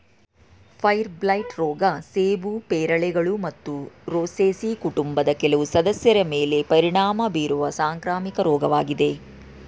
fire blight ರೋಗ ಸೇಬು ಪೇರಳೆಗಳು ಮತ್ತು ರೋಸೇಸಿ ಕುಟುಂಬದ ಕೆಲವು ಸದಸ್ಯರ ಮೇಲೆ ಪರಿಣಾಮ ಬೀರುವ ಸಾಂಕ್ರಾಮಿಕ ರೋಗವಾಗಿದೆ